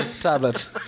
Tablet